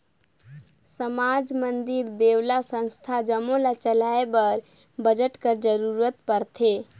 समाज, मंदिर, देवल्ला, संस्था जम्मो ल चलाए बर बजट कर जरूरत परथे